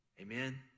amen